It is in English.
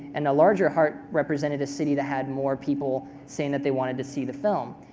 and a larger heart represented a city that had more people saying that they wanted to see the film.